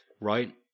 right